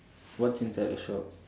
what's inside the shop